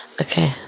Okay